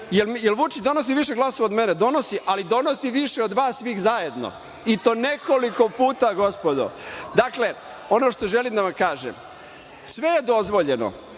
Jel Vučić donosi više glasova od mene? Donosi. Ali, donosi više od vas svih zajedno, i to nekoliko puta, gospodo. Ono što želim da vam kažem, sve je dozvoljeno.